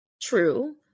True